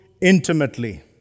intimately